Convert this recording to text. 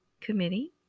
committee